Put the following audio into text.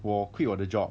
我 quit 我的 job